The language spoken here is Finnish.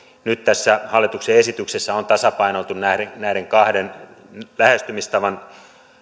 nyt tässä hallituksen esityksessä on tasapainoiltu näiden kahden lähestymistavan